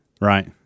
Right